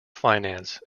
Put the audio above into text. finance